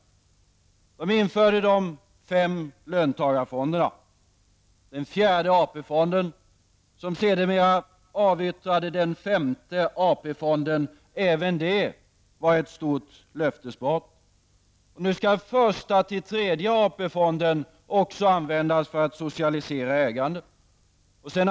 Socialdemokraterna införde de fem löntagarfonderna och den fjärde AP-fonden som sedermera gav upphov till den femte AP-fonden -- även detta var ett stort löftesbrott! Nu skall också första till tredje AP-fonden användas för att socialisera ägandet.